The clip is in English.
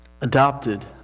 adopted